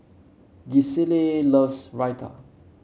Gisselle loves Raita